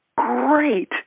great